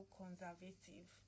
conservative